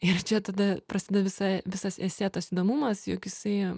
ir čia tada prasideda visa visas esė tos įdomumas jog jisai